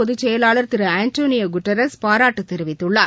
பொதுசெயலாளர் திருஆன்டனியோகுட்ரஸ் பாராட்டுதெரிவித்துள்ளார்